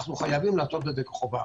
אנחנו חייבים לעשות את זה כחובה,